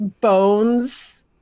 bones